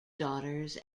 daughters